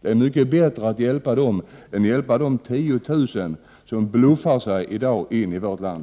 Det är mycket bättre att hjälpa dem än de 10 000 som i dag bluffar sig in i vårt land.